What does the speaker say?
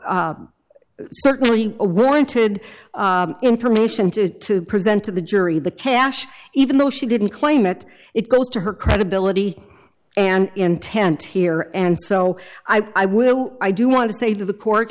certainly warranted information to to present to the jury the cash even though she didn't claim it it goes to her credibility and intent here and so i will i do want to say to the court